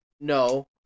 No